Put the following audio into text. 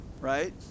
right